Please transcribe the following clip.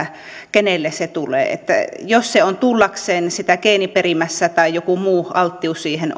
kenelle se tulee niin että jos se on tullakseen sitä on geeniperimässä tai joku muu alttius siihen